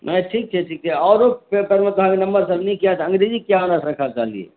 नै ठीक छै ठीक छै आओरो पेपरमे तऽ अहाँके नम्बरसभ नीक हैत अंग्रेजी किया राखऽ चाहलियै